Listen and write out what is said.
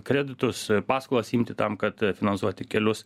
kreditus paskolas imti tam kad finansuoti kelius